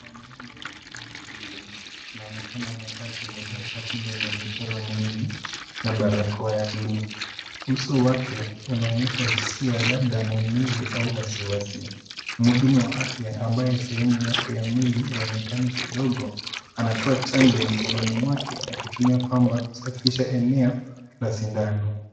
Mwanaume mwenye umri mkubwa anaonekana akiwa amekaa akivalia tishati yenye michoro na barakoa ya buluu .Uso wake unaonyesha hisia labda maumivu au wasiwasi. Mhudumu wa afya ambaye sehemu yake ya mwili haionekani kidogo anatoa chanjo mkononi mwake akitumia pamba kusafisha eneo la sindano.